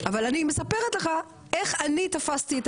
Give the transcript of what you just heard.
אבל אני מספרת לך איך אני תפסתי את